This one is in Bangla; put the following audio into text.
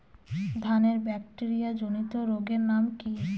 ধানের ব্যাকটেরিয়া জনিত রোগের নাম কি?